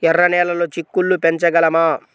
ఎర్ర నెలలో చిక్కుళ్ళు పెంచగలమా?